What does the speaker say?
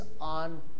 on